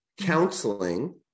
counseling